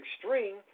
extreme